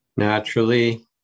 Naturally